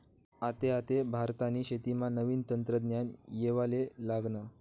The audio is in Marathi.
आते आते भारतनी शेतीमा नवीन तंत्रज्ञान येवाले लागनं